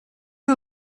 you